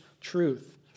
truth